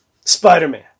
Spider-Man